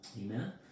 Amen